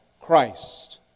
Christ